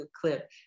clip